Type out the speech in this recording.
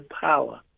power